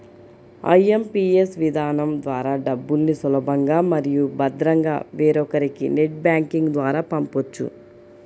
IMPS విధానం ద్వారా డబ్బుల్ని సులభంగా మరియు భద్రంగా వేరొకరికి నెట్ బ్యాంకింగ్ ద్వారా పంపొచ్చు